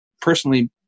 personally